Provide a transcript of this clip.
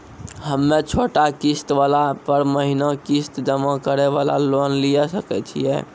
हम्मय छोटा किस्त वाला पर महीना किस्त जमा करे वाला लोन लिये सकय छियै?